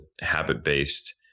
habit-based